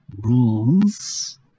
rules